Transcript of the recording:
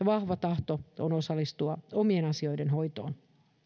vahva tahto osallistua omien asioiden hoitoon